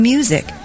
Music